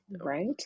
Right